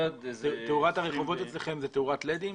תאורת הרחובות אצלכם היא תאורת לדים?